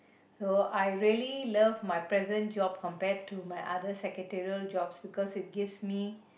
so I really love my present job compared to my other secretarial jobs because it gives me